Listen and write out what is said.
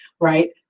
right